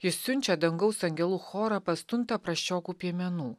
jis siunčia dangaus angelų chorą pas tuntą prasčiokų piemenų